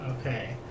okay